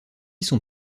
sont